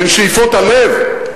בין שאיפות הלב,